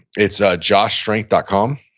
it's ah joshstrength dot com.